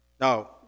Now